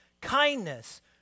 kindness